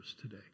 today